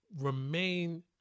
remain